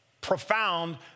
profound